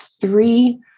three